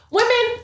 Women